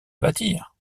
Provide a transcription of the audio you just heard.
bâtir